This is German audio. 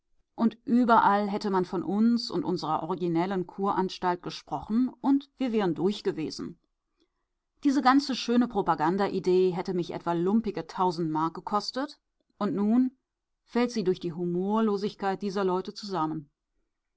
und überall hätte man von uns und unserer originellen kuranstalt gesprochen und wir wären durchgewesen diese ganze schöne propagandaidee hätte mich etwa lumpige tausend mark gekostet und nun fällt sie durch die humorlosigkeit dieser leute zusammen